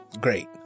Great